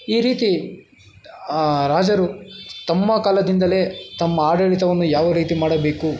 ಈ ರೀತಿ ಆ ರಾಜರು ತಮ್ಮ ಕಾಲದಿಂದಲೇ ತಮ್ಮ ಆಡಳಿತವನ್ನು ಯಾವ ರೀತಿ ಮಾಡಬೇಕು